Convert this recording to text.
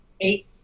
eight